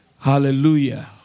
Hallelujah